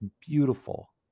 beautiful